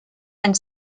and